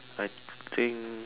I think